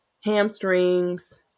hamstrings